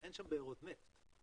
אין שם בארות נפט,